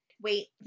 Wait